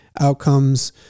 outcomes